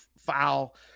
foul